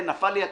נפל לי הכרטיס,